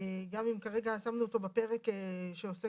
גם אם כרגע שמנו אותו בפרק שעוסק